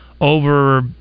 Over